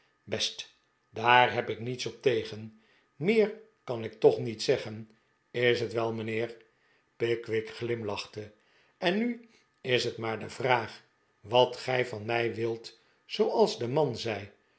best daar heb ik niets op tegen meer kan ik toch niet zeggen is t wel mijnheer pickwick glimlachte en nu is t maar de vraag wat gij van mij wilt zooals de man zei